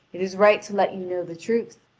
it is right to let you know the truth.